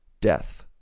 death